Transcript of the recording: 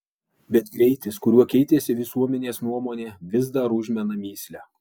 bet greitis kuriuo keitėsi visuomenės nuomonė vis dar užmena mįslę